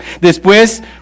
Después